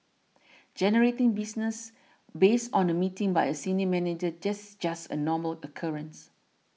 generating business based on a meeting by a senior manager just just a normal occurrence